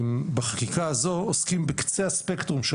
בחקיקה הזאת אנחנו עוסקים בקצה הספקטרום של